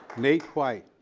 nate white.